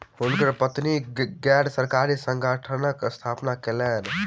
हुनकर पत्नी गैर सरकारी संगठनक स्थापना कयलैन